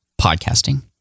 Podcasting